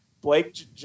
Blake